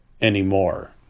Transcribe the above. anymore